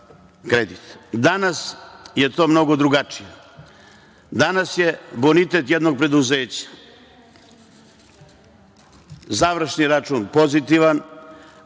Danas je to mnogo drugačije. Danas je bonitet jednog preduzeća završni račun pozitivan,